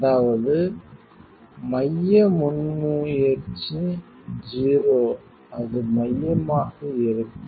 அதாவது மைய முன்முயற்சி 0 அது மையமாக இருக்கும்